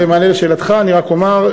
במענה על שאלתך אני רק אומר,